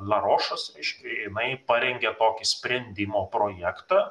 la rošas reiškia jinai parengė tokį sprendimo projektą